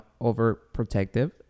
overprotective